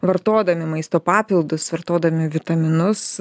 vartodami maisto papildus vartodami vitaminus